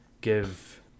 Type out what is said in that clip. give